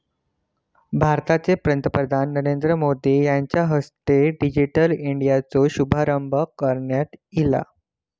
भारताचे पंतप्रधान नरेंद्र मोदी यांच्या हस्ते डिजिटल इंडियाचो शुभारंभ करण्यात ईला